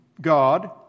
God